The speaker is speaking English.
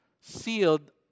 sealed